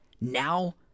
Now